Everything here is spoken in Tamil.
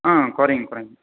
ஆ குறையும் குறையும்